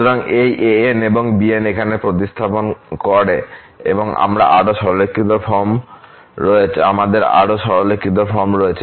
সুতরাং এই an এবং bn এখানে প্রতিস্থাপন করে আমাদের আরও সরলীকৃত ফর্ম রয়েছে